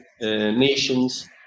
nations